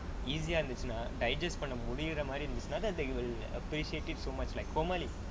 easy ah இருந்துச்சுனா:irunthuchunaa digest பண்ற முடியிற மாரி இருந்துச்சுனா:pandra mudiyura maari irunthuchchunaa appreciate so much like formally